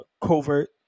covert